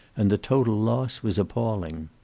and the total loss was appalling.